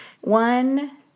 one